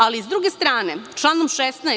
Ali, s druge strane, članom 16.